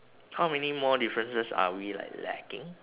how many more differences are we like lacking